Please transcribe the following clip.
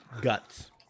guts